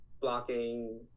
blocking